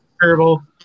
Terrible